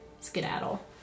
skedaddle